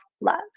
love